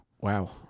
Wow